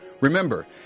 Remember